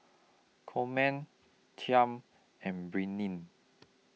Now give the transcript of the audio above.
Coleman Chaim and Brittni